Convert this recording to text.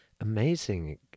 amazing